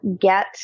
get